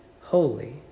holy